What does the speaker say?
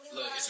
Look